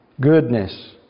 goodness